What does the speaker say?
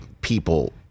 people